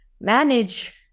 manage